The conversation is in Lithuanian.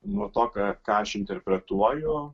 nuo to ką ką aš interpretuoju